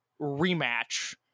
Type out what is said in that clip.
rematch